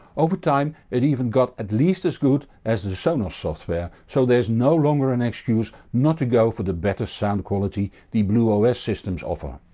over time it even got at least as good as the sonos software so there is no longer an excuse not to go for the better sound quality the blu-os systems offer.